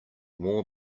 more